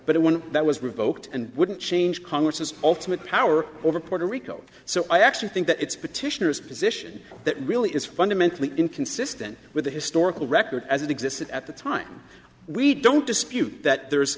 but one that was revoked and wouldn't change congress's ultimate power over puerto rico so i actually think that it's petitioners position that really is fundamentally inconsistent with the historical record as it existed at that time we don't dispute that there's